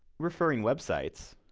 referring websites,